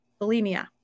bulimia